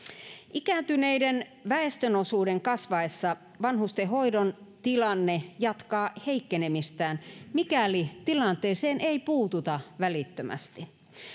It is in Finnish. ikääntyneiden väestöosuuden kasvaessa vanhustenhoidon tilanne jatkaa heikkenemistään mikäli tilanteeseen ei puututa välittömästi